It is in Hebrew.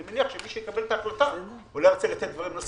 אני מניח שמי שיקבל את ההחלטה אולי ירצה לתת לנו דברים נוספים,